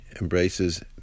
embraces